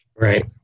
Right